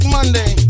Monday